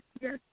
Yes